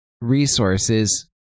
resources